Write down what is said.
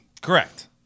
Correct